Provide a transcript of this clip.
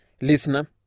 Listener